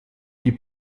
die